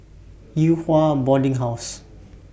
Yew Hua Boarding House